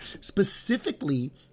specifically